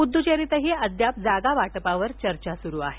पुदुच्चेरीतही अद्याप जागावाटपावर चर्चा सुरू आहे